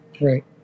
Right